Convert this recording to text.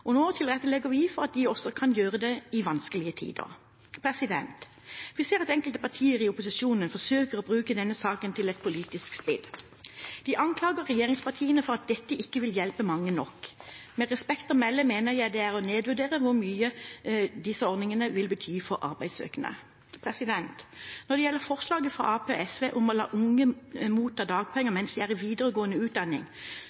og nå tilrettelegger vi for at de også kan gjøre det i vanskelige tider. Vi ser at enkelte partier i opposisjonen forsøker å bruke denne saken til et politisk spill. De anklager regjeringspartiene for at dette ikke vil hjelpe mange nok. Med respekt å melde mener jeg det er å nedvurdere hvor mye disse ordningene vil bety for arbeidssøkende. Når det gjelder forslaget fra Arbeiderpartiet og SV om å la unge motta dagpenger